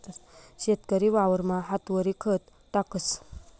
शेतकरी वावरमा हातवरी खत टाकस